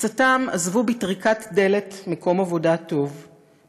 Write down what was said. מקצתם עזבו בטריקת דלת מקום עבודה טוב,